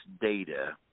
data